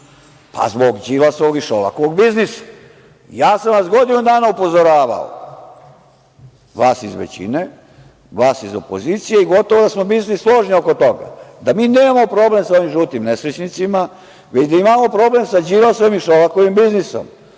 Zbog Đilasovog i Šolakovog biznisa. Godinu dana sam vas upozoravao, vas iz većine, vas iz opozicije i gotovo da smo svi složni oko toga da mi nemamo problem sa ovim žutim nesrećnicima, već da imamo problem sa Đilasom i Šolakovim biznisom,